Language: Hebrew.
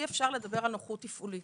אי אפשר לדבר על נוחות תפעולית.